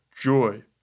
joy